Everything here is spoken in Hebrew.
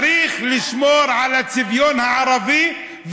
צריך לשמור על הצביון הערבי,